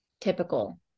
typical